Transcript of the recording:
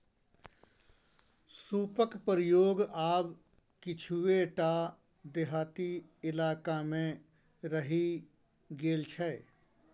सूपक प्रयोग आब किछुए टा देहाती इलाकामे रहि गेल छै